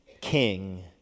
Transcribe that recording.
king